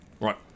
Right